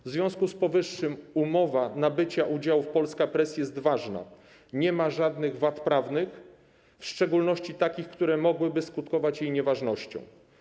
W związku z powyższym umowa nabycia udziałów Polska Press jest ważna i nie ma żadnych wad prawnych, w szczególności takich, które mogłyby skutkować jej nieważnością.